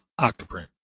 Octoprint